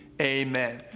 Amen